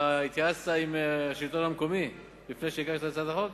התייעצת עם השלטון המקומי לפני שהגשת את הצעת החוק,